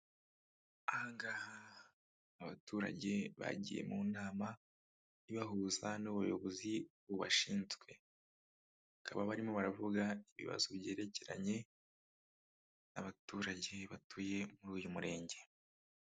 Aha ngaha abaturage bagiye mu nama ibahuza n'Ubuyobozi bubashinzwe. Bakaba barimo baravuga ibibazo byerekeranye n'abaturage batuye muri uyu Murenge.